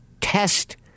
test